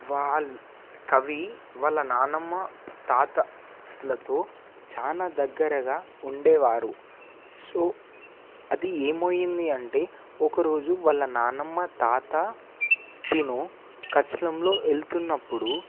వాళ్ల్ కవి వాళ్ళ నానమ్మ తాతలతో చాలా దగ్గరగా ఉండేవారు సో అది ఏమి అయింది అంటే ఒకరోజు వాళ్ళ నానమ్మ తాత తను కచలంలో వెళ్తున్నప్పుడు